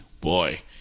boy